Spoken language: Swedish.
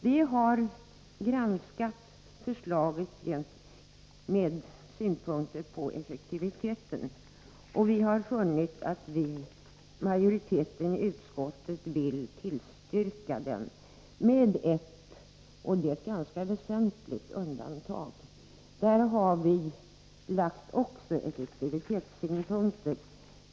Vihar som sagt granskat förslaget ur effektivitetssynpunkt, och vi har inom majoriteten i utskottet funnit att vi vill tillstyrka förslaget med ett, men ett ganska väsentligt, undantag. Där har vi också lagt vikt vid effektivitetssynpunkten.